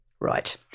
Right